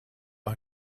are